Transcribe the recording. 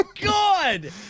God